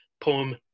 poem